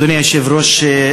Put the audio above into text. אדוני היושב-ראש,